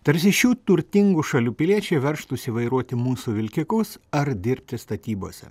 tarsi šių turtingų šalių piliečiai veržtųsi vairuoti mūsų vilkikus ar dirbti statybose